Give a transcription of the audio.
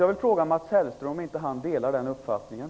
Jag vill fråga Mats Hellström om han inte delar den uppfattningen.